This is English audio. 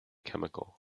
chemical